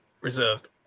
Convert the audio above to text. reserved